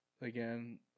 again